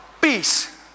peace